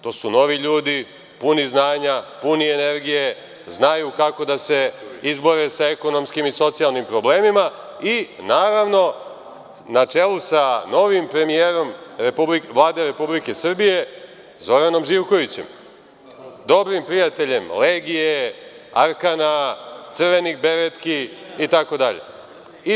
To su novi ljudi puni znanja, puni energije, znaju kako da se izbore sa ekonomskim i socijalnim problemima i naravno na čelu sa novim premijerom Vlade Republike Srbije, Zoranom Živkovićem, dobrim prijateljem Legije, Arkana, Crvenih beretki i tako dalje.